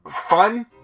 fun